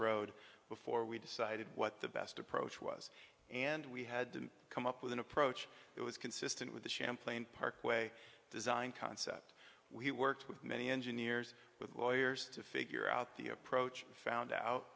road before we decided what the best approach was and we had to come up with an approach that was consistent with the champlain parkway design concept we worked with many engineers with lawyers to figure out the approach found out